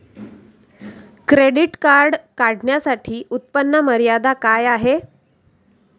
Credit card काढण्यासाठी उत्पन्न मर्यादा काय आहे?